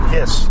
Yes